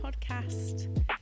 podcast